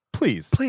Please